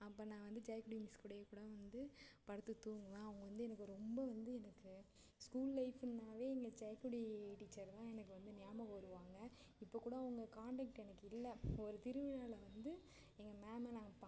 அப்போ நான் வந்து ஜெயக்கொடி மிஸ் கூடயே கூட வந்து படுத்து தூங்குவேன் அவங்க வந்து எனக்கு ரொம்ப வந்து எனக்கு ஸ்கூல் லைஃப்ன்னாவே எங்கள் ஜெயக்கொடி டீச்சர் தான் எனக்கு வந்து ஞாபகம் வருவாங்க இப்போ கூட அவங்க காண்டாக்ட் எனக்கு இல்லை ஒரு திருவிழாவில் வந்து எங்கள் மேம்மை நான் அங்கே பார்த்தேன்